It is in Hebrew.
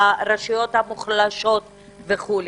ברשויות המוחלשות וכו'.